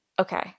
Okay